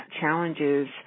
challenges